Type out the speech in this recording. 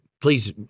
please